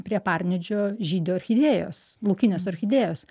prie parnidžio žydi orchidėjos laukinės orchidėjos